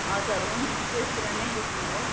हजुर हो नि त्यही पुरानै दोकान हो